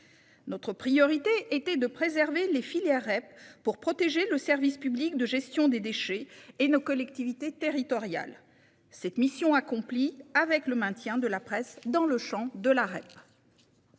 Notre priorité était de préserver les filières REP pour protéger le service public de gestion des déchets et nos collectivités territoriales. Cette mission a été accomplie avec le maintien de la presse dans le champ de la REP.